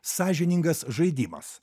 sąžiningas žaidimas